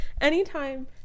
anytime